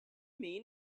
mean